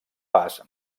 pas